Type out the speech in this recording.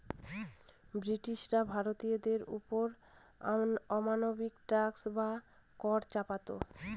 ব্রিটিশরা ভারতীয়দের ওপর অমানবিক ট্যাক্স বা কর চাপাতো